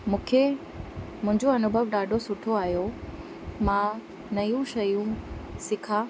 मूंखे मुंहिंजो अनुभव ॾाढो सुठो आहियो मां नयूं शयूं सिखा